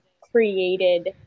created